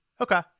Okay